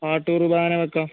പാട്ട് കുർബാന വയ്ക്കാം